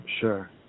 Sure